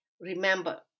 Remember